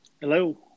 Hello